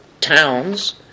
towns